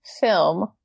film